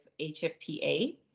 HFPA